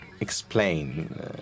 explain